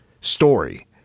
story